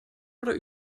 oder